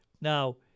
Now